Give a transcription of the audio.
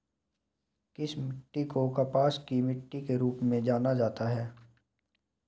किस मिट्टी को कपास की मिट्टी के रूप में जाना जाता है?